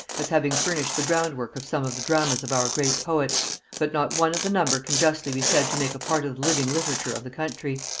as having furnished the ground-work of some of the dramas of our great poet but not one of the number can justly be said to make a part of the living literature of the country.